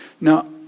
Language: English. Now